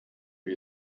wie